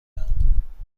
دهم